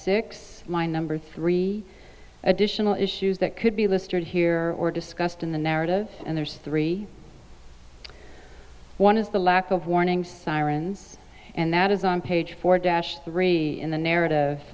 six my number three additional issues that could be listed here or discussed in the narrative and there's three one is the lack of warning sirens and that is on page four dash three in the narrative